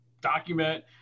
document